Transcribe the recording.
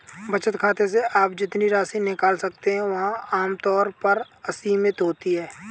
बचत खाते से आप जितनी राशि निकाल सकते हैं वह आम तौर पर असीमित होती है